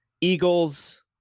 Eagles